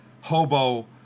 hobo